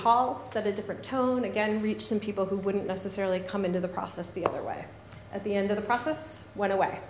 hall said a different tone again reach some people who wouldn't necessarily come into the process the other way at the end of the process went away